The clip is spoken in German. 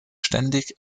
ständig